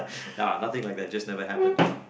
nah nothing like that just never happen you know